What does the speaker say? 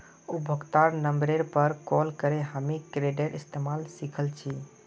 उपभोक्तार नंबरेर पर कॉल करे हामी कार्डेर इस्तमाल सिखल छि